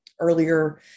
earlier